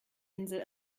insel